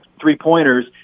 three-pointers